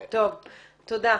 תודה.